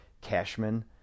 Cashman